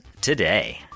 today